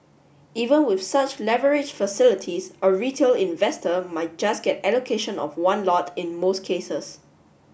even with such leverage facilities a retail investor might just get allocation of one lot in most cases